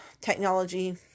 technology